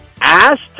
asked